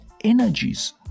energies